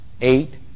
eight